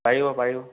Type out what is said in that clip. পাৰিব পাৰিব